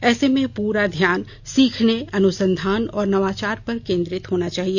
ऐसे में पूरा ध्यान सीखने अनुसंधान और नवाचार पर केंद्रित होना चाहिए